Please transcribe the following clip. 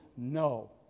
No